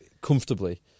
Comfortably